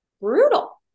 brutal